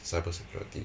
cyber security